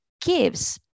gives